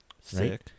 sick